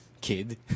kid